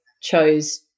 chose